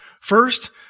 First